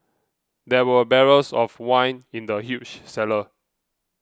there were barrels of wine in the huge cellar